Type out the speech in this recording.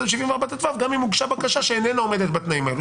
ב-74טו גם אם הוגשה בקשה שאיננה עומדת בתנאים האלו.